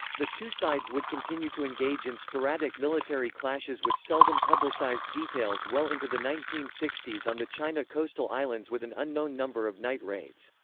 the two sides would continue to engage in sporadic military clashes with seldom publicized details well into the nineteen sixty s on the china coastal islands with an unknown number of night raids.